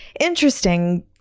Interesting